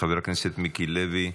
חבר הכנסת מיקי לוי,